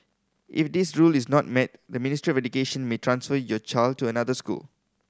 if this rule is not met the Ministry of Education may transfer your child to another school